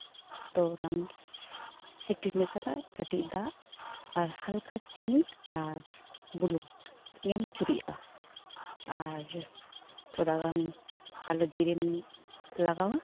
ᱛᱳ ᱚᱱᱟᱢ ᱥᱤᱯᱤ ᱢᱮᱥᱟᱭᱟ ᱠᱟᱹᱴᱤᱡ ᱫᱟᱜ ᱟᱨ ᱦᱟᱞᱠᱟ ᱪᱤᱱᱤ ᱟᱨ ᱵᱩᱞᱩᱝ ᱮᱢ ᱪᱩᱨᱩᱡᱟᱜᱼᱟ ᱟᱨ ᱛᱷᱚᱲᱟᱜᱟᱱ ᱠᱟᱞᱳ ᱡᱤᱨᱟᱹᱢ ᱞᱟᱜᱟᱣᱟ